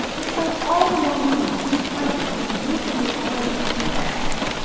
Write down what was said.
if so, all the more reason to stay quiet until you've basically already packed your bags.